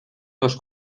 los